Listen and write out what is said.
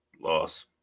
loss